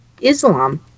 Islam